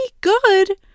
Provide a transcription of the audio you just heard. good